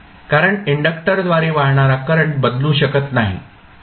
कारण इंडक्टक्टरद्वारे वाहणारा करंट बदलू शकत नाही